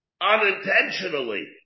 unintentionally